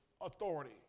authority